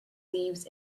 leaves